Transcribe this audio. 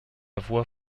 voix